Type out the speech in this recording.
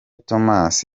thomas